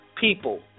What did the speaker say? people